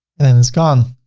and then it's gone.